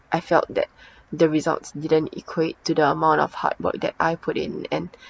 I felt that the results didn't equate to the amount of hard work that I put in and